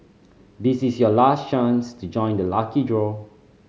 this is your last chance to join the lucky draw